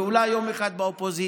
ואולי יום אחד באופוזיציה,